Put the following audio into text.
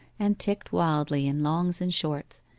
and ticked wildly in longs and shorts,